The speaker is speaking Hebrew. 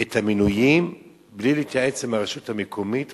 את המינויים בלי להתייעץ עם הרשות המקומית,